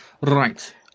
Right